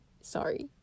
sorry